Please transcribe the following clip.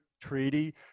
treaty